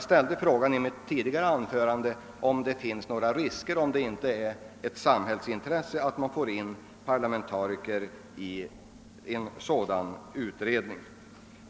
I mitt tidigare anförande frågade jag, om det inte är ett samhällsintresse att parlamentariker deltar i en sådan utredning.